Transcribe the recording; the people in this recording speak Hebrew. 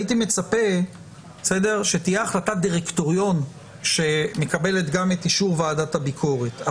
הייתי מצפה שתהיה החלטת דירקטוריון שמקבלת גם את אישור ועדת הביקורת.